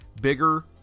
Bigger